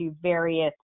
various